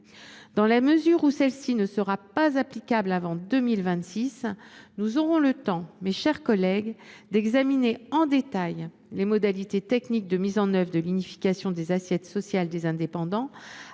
Dans la mesure où celle ci ne sera pas applicable avant 2026, nous aurons le temps, mes chers collègues, d’examiner en détail, avec toutes les parties prenantes, les modalités techniques de mise en œuvre de l’unification des assiettes sociales des indépendants